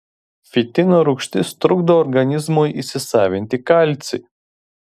fitino rūgštis trukdo organizmui įsisavinti kalcį